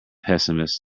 pessimist